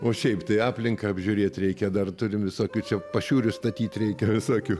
o šiaip tai aplinką apžiūrėt reikia dar turim visokių čia pašiūrių statyt reikia visokių